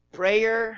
prayer